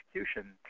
execution